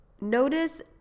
notice